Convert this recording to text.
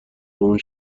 اون